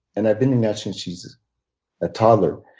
and i've been doing that since she was a toddler,